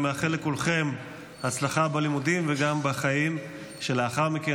אני מאחל לכולכם הצלחה בלימודים וגם בחיים שלאחר מכן.